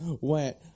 went